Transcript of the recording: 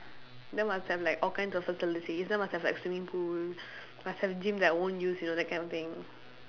then must have like all kinds of facilities then must have like swimming pool must have gym that I won't use you know that kind of thing